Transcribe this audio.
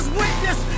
witness